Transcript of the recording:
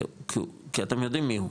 כי אתם יודעים מי הוא,